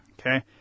Okay